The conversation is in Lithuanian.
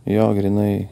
jo grynai